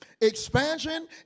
Expansion